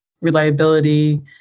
reliability